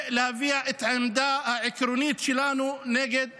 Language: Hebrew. להביע את העמדה העקרונית שלנו נגד המלחמה,